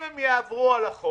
אם הם יעברו על החוק